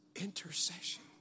intercession